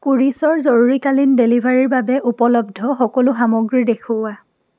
কোৰিছৰ জৰুৰীকালীন ডেলিভাৰীৰ বাবে উপলব্ধ সকলো সামগ্ৰী দেখুওৱা